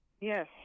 Yes